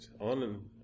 On